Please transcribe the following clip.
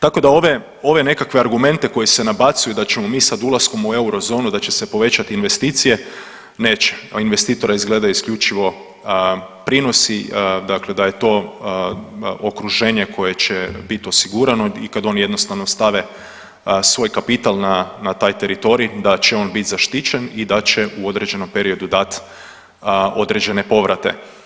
Tako da ove, ove nekakve argumente koji se nabacuju da ćemo mi sad ulaskom u eurozonu da će se povećati investicije, neće, a investitori gledaju isključivo prinosi dakle da je to okruženje koje će biti osigurano i kad oni jednostavno stave svoj kapital na taj teritorij da će on biti zaštićen i da će u određenom periodu dat određene povrate.